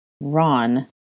Ron